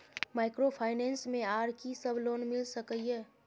Microfinance मे आर की सब लोन मिल सके ये?